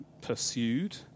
pursued